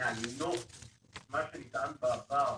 מאיינות את מה שנטען בעבר,